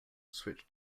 switched